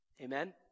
Amen